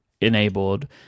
enabled